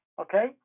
okay